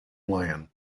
land